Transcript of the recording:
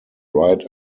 right